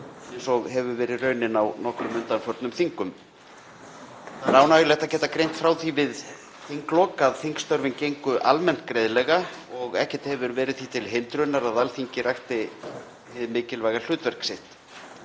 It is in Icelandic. eins og hefur verið raunin á nokkrum undanförnum þingum. Það er ánægjulegt að geta greint frá því við þinglok að þingstörfin gengu almennt greiðlega og ekkert hefur verið því til hindrunar að Alþingi rækti hið mikilvæga hlutverk sitt.